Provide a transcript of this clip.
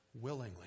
willingly